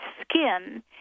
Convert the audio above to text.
skin